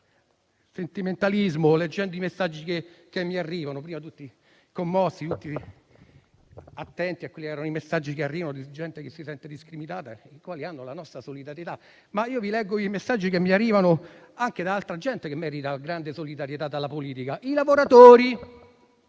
sentimentalismo, leggendo i messaggi che mi arrivano. Prima erano tutti commossi e attenti ai messaggi che arrivano di gente che si sente discriminata, i quali hanno la nostra solidarietà, ma io vi leggo i messaggi che mi arrivano anche da altra gente che merita grande solidarietà dalla politica: i lavoratori.